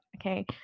Okay